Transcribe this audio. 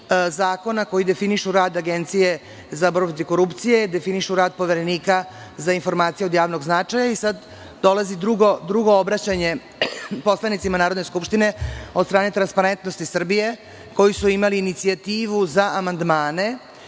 koji definišu rad Agencije za borbu protiv korupcije, definišu rad Poverenika za informacije od javnog značaja. Sada dolazi drugo obraćanje poslanicima Narodne skupštine od strane Transparentnosti Srbije, koji su imali inicijativu za amandmane